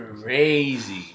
crazy